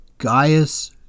Gaius